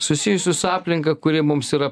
susijusius su aplinka kuri mums yra